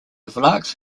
vlachs